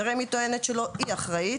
ורמ"י טוענת שלא היא אחראית,